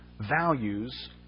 Values